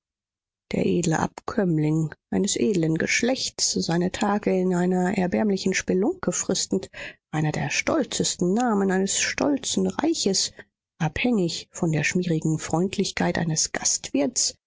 der edle abkömmling eines edeln geschlechts seine tage in einer erbärmlichen spelunke fristend einer der stolzesten namen eines stolzen reiches abhängig von der schmierigen freundlichkeit eines gastwirts